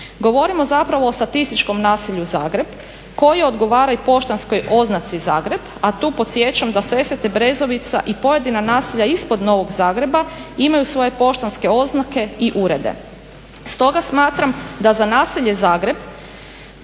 Govorimo zapravo o statističkom naselju Zagreb koje odgovara i poštanskoj oznaci Zagreb, a tu podsjećam da Sesvete, Brezovica i pojedina naselja ispod Novog Zagreba imaju svoje poštanske oznake i urede. Stoga smatram da za naselje Zagreb